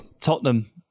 Tottenham